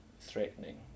threatening